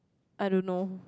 I don't know